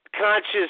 conscious